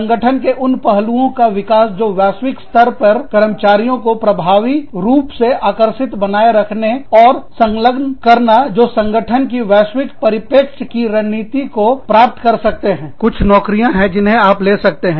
संगठन के उन पहलू का विकास जो वैश्विक स्तर पर कर्मचारियों को प्रभावी रूप से आकर्षित बनाए रखने और संलग्न करना जो संगठन की वैश्विक परिप्रेक्ष्य की रणनीति को प्राप्त कर सकते हैं कुछ नौकरियाँ है जिन्हें आप ले सकते हैं